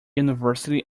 university